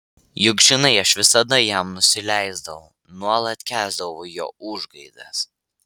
juk žinai aš visada jam nusileisdavau nuolat kęsdavau jo užgaidas